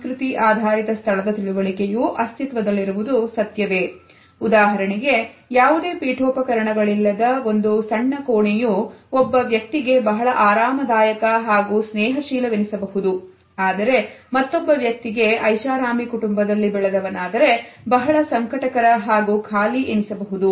ಸಂಸ್ಕೃತಿ ಆಧಾರಿತ ಸ್ಥಳದ ತಿಳುವಳಿಕೆಯೂ ಅಸ್ತಿತ್ವದಲ್ಲಿರುವುದು ಸತ್ಯವೇ ಉದಾಹರಣೆಗೆ ಯಾವುದೇ ಪೀಠೋಪಕರಣ ಗಳಿಲ್ಲದ ಒಂದು ಸಣ್ಣ ಕೋಣೆಯು ಒಬ್ಬ ವ್ಯಕ್ತಿಗೆ ಬಹಳ ಆರಾಮದಾಯಕ ಹಾಗೂ ಸ್ನೇಹಶೀಲವೆನಿಸಬಹುದು ಆದರೆ ಮತ್ತೊಬ್ಬ ವ್ಯಕ್ತಿಗೆ ಬಹಳ ಸಂಕಟಕರ ಹಾಗೂ ಖಾಲಿ ಎನಿಸಬಹುದು